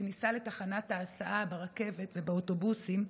בכניסה לתחנת ההסעה ברכבת ובאוטובוסים,